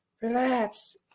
Relax